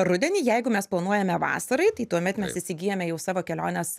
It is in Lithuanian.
rudenį jeigu mes planuojame vasarai tai tuomet mes įsigyjame jau savo kelionės